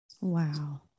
Wow